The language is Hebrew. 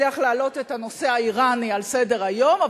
הצליח להעלות את הנושא האירני על סדר-היום.